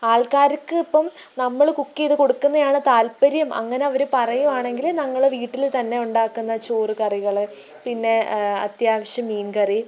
ആൾക്കാര്ക്ക് ഇപ്പോള് നമ്മള് കുക്കെയ്ത് കൊടുക്കുന്നെയാണ് താൽപ്പര്യം അങ്ങനെ അവര് പറയുവാണെങ്കില് ഞങ്ങള് വീട്ടില് തന്നെ ഉണ്ടാക്കുന്ന ചോറ് കറികള് പിന്നെ അത്യാവശ്യം മീൻ കറി